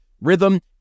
Rhythm